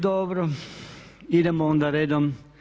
Dobro, idemo onda redom.